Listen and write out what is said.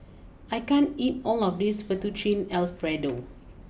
I can't eat all of this Fettuccine Alfredo